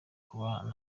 kuba